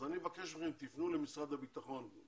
אז אני מבקש, תפנו למשרד הביטחון.